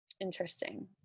Interesting